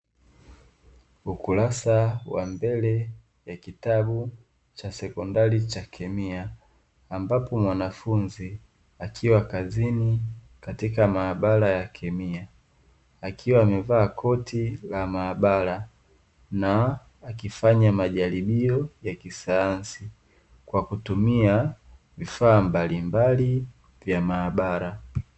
Ukurasa wa mbele wa kitabu cha sekondari cha kemia, ambapo mwanafunzi akiwa kazini katika maabara ya kemia, akiwa amevaa koti la maabara na akifanya majaribio ya kisayansi kwa kutumia vifaa mbalimbali vya maabara.